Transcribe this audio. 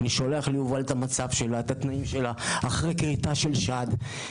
היא נמצאת אחרי כריתת שד,